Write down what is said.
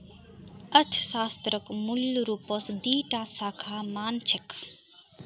अर्थशास्त्रक मूल रूपस दी टा शाखा मा न छेक